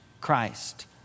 Christ